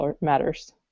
matters